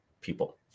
people